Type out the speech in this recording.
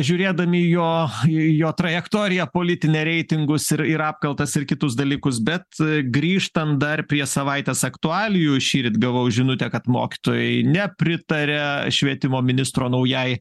žiūrėdami į jo į jo trajektoriją politinę reitingus ir ir apkaltas ir kitus dalykus bet grįžtant dar prie savaitės aktualijų šįryt gavau žinutę kad mokytojai nepritaria švietimo ministro naujai